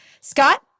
Scott